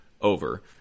over